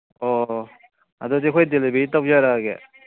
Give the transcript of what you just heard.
ꯑꯣ ꯑꯗꯨꯗꯤ ꯑꯩꯈꯣꯏ ꯗꯤꯂꯤꯚꯔꯤ ꯇꯧꯖꯔꯛꯑꯒꯦ